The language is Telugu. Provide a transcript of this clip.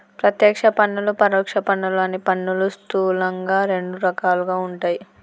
ప్రత్యక్ష పన్నులు, పరోక్ష పన్నులు అని పన్నులు స్థూలంగా రెండు రకాలుగా ఉంటయ్